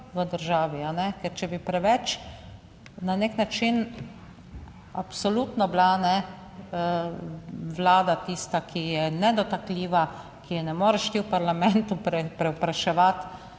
v državi, ker če bi preveč na nek način absolutno bila, Vlada tista, ki je nedotakljiva, ki je ne moreš ti v parlamentu prevpraševati,